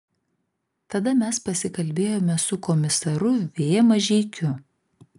tada mes pasikalbėjome su komisaru v mažeikiu